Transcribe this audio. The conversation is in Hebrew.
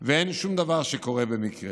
ואין שום דבר שקורה במקרה.